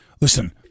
listen—